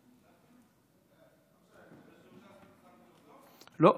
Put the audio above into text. בגלל שהוא ש"סניק, לא,